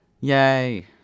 Yay